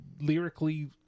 lyrically